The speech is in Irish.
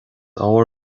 ábhar